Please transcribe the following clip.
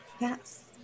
yes